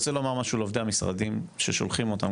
לעובדי המשרדים ששולחים אותם,